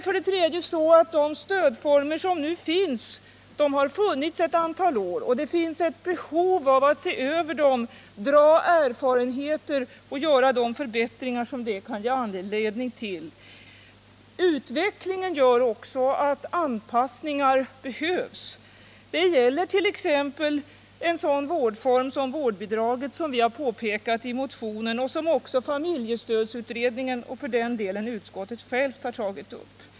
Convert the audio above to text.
För det tredje har de nuvarande stödformerna funnits ett antal år, och det finns behov av att se över dem, dra erfarenheter och göra de förbättringar som de kan ge anledning till. Utvecklingen gör också att anpassningar behövs. Det gäller t.ex. en sådan vårdform som vårdbidraget, som vi har påpekat i motionen och som familjestödsutredningen och för den delen också utskottet har tagit upp.